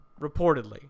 reportedly